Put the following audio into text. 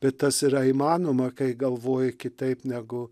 bet tas yra įmanoma kai galvoji kitaip negu